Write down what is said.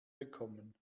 bekommen